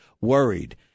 worried